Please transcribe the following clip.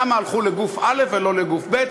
למה הלכו לגוף א' ולא לגוף ב',